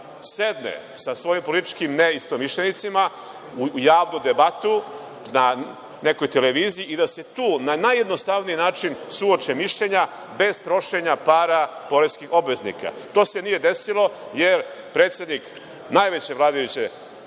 sedne sa svojim političkim neistomišljenicima u javnu debatu na nekoj televiziji i da se tu na najjednostavniji način suoče mišljenja, bez trošenja para poreskih obveznika. To se nije desilo, jer predsednik najveće vladajuće